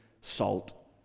salt